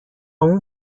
اون